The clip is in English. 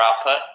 output